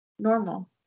Normal